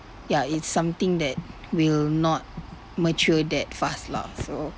ya it's something that will not mature that fast lah so